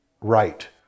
right